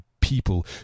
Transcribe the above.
people